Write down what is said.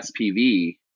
SPV